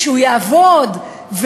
כשהוא יעבוד,